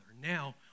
Now